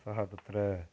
सः तत्र